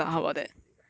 全部去 physics ah